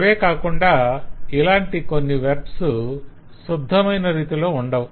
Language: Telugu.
అవేకాకుండా ఇలాంటి కొన్ని వెర్బ్స్ శుద్ధమైన రీతిలొ ఉండవు